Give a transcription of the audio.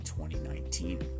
2019